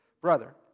brother